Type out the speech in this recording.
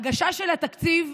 ההגשה של התקציב,